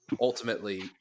ultimately